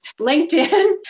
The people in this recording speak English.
LinkedIn